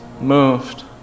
moved